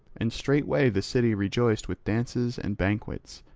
and straightway the city rejoiced with dances and banquets,